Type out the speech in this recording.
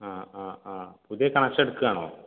ആ ആ ആ പുതിയ കണക്ഷൻ എടുക്കുവാണോ